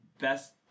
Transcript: best